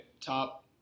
top